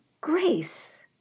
grace